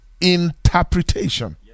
Interpretation